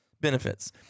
benefits